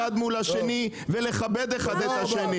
אחד מול השני ולכבד אחד את השני.